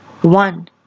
One